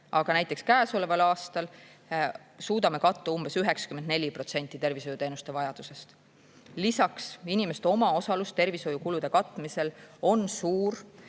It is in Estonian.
Aga näiteks käesoleval aastal suudame katta umbes 94% tervishoiuteenuste vajadusest. Lisaks, inimeste omaosalus tervishoiukulude katmisel on suur,